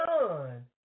Son